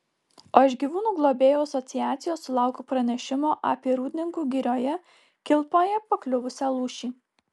o iš gyvūnų globėjų asociacijos sulaukiau pranešimo apie rūdninkų girioje kilpoje pakliuvusią lūšį